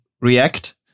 React